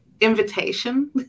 invitation